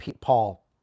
Paul